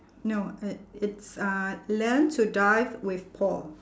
no it it's uh learn to dive with paul